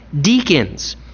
deacons